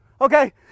Okay